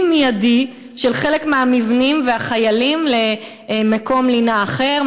מיידי של חלק מהמבנים והחיילים למקום לינה אחר,